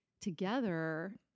together